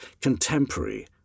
contemporary